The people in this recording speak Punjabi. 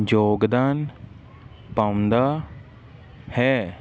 ਯੋਗਦਾਨ ਪਾਉਂਦਾ ਹੈ